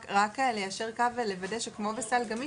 רק ליישר קו ולוודא שכמו ב"סל גמיש",